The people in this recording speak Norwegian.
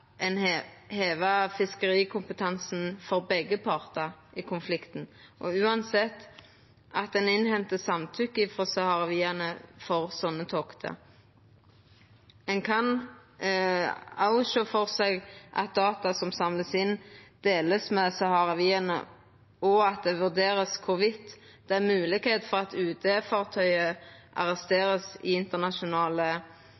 ein heva fiskerikompetansen for begge partar i konflikten, og at ein uansett innhenta samtykke frå saharawiane til sånne tokt. Ein kan òg sjå føre seg at data som vert samla inn, vert delt med saharawiane, og at det vert vurdert kor vidt det er ein moglegheit for at